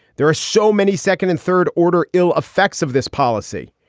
there are so many second and third order ill effects of this policy.